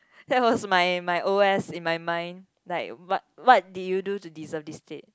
that was my my O_S in my mind like what what did you do to deserve this seat